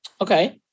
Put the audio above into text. Okay